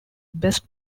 best